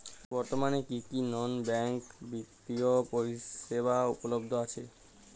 বর্তমানে কী কী নন ব্যাঙ্ক বিত্তীয় পরিষেবা উপলব্ধ আছে?